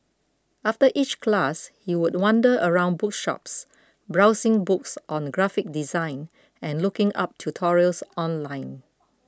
after each class he would wander around bookshops browsing books on graphic design and looking up tutorials online